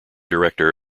director